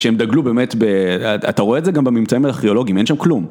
שהם דגלו באמת ב..., אתה רואה את זה גם בממצאים הארכיאולוגיים, אין שם כלום.